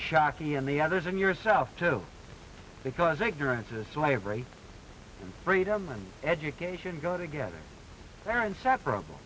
shockey and the others and yourself too because ignorance of the slavery and freedom and education go together they're inseparable